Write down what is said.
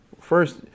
first